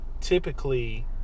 typically